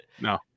No